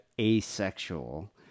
asexual